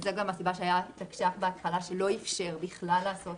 וזו גם הסיבה שהיה תקש"ח בהתחלה שלא אפשר בכלל לעשות